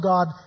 God